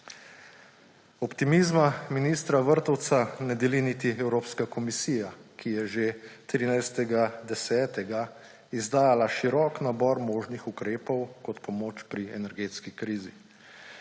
Optimizma ministra Vrtovca ne deli niti Evropska komisija, ki je že 13. 10. izdala širok nabor možnih ukrepov kot pomoč pri energetski krizi.